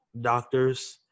doctors